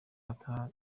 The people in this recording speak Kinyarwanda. bataha